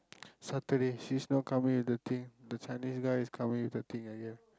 Saturday she's not coming with the thing the tennis guy is coming with the thing again